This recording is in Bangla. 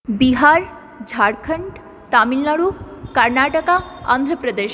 বিহার ঝাড়খণ্ড তামিলনাড়ু কর্ণাটক অন্ধ্রপ্রদেশ